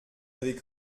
avez